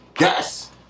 Yes